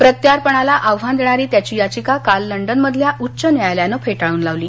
प्रत्यार्पणाला आव्हान देणारी त्याची याचिका काल लंडनमधल्या उच्च न्यायालयानं फेटाळून लावली